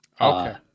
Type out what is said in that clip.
Okay